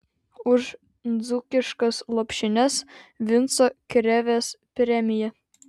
už dzūkiškas lopšines vinco krėvės premija